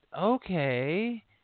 okay